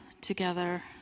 together